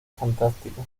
fantástica